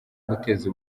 guteza